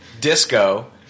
Disco